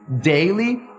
daily